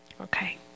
Okay